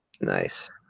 nice